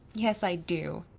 yes, i do,